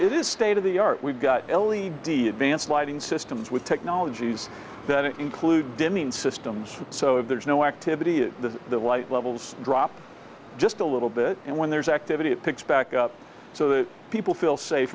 it is state of the art we've got l e d advanced lighting systems with technologies that include demene systems so if there's no activity of the light levels drop just a little bit and when there's activity it picks back up so that people feel safe